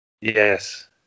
Yes